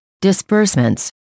disbursements